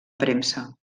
premsa